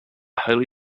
holy